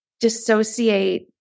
dissociate